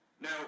Now